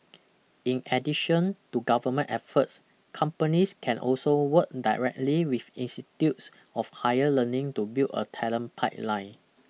in addition to government efforts companies can also work directly with institutes of higher learning to build a talent pipeline